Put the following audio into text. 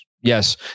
yes